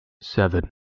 seven